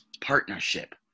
partnership